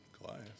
Goliath